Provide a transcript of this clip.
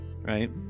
Right